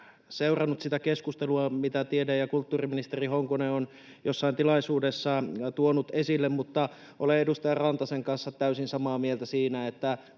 seurannut sitä keskustelua, mitä tiede- ja kulttuuriministeri Honkonen on jossain tilaisuudessa tuonut esille, mutta olen edustaja Rantasen kanssa täysin samaa mieltä siinä, että